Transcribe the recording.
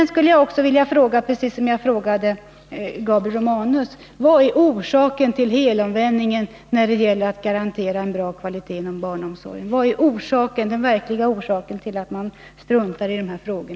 Jag skulle vilja fråga Rune Gustavsson, liksom jag frågade Gabriel Romanus: Vad är orsaken till helomvändningen när det gäller att garantera en bra kvalitet inom barnomsorgen? Vad är den verkliga orsaken till att man nu struntar i dessa frågor?